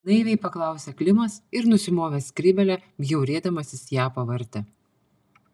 naiviai paklausė klimas ir nusimovęs skrybėlę bjaurėdamasis ją pavartė